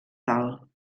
dalt